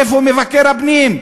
איפה מבקר הפנים?